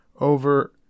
over